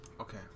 Okay